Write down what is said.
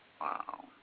Wow